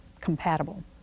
compatible